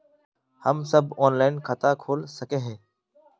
हम सब ऑनलाइन खाता खोल सके है?